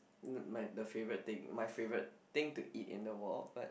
m~ my the favourite thing my favourite thing to eat in the world but